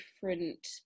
different